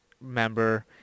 member